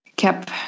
Kept